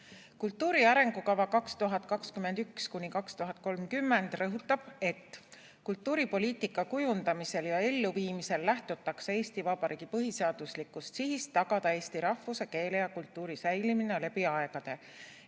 Kultuuri arengukava 2021–2030 rõhutab: "Kultuuripoliitika kujundamisel ja elluviimisel lähtutakse Eesti Vabariigi põhiseaduslikust sihist tagada eesti rahvuse, keele ja kultuuri säilimine läbi aegade